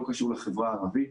בלי קשר לחברה הערבית,